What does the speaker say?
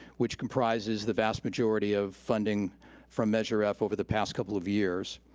which comprises the vast majority of funding from measure f over the past couple of years.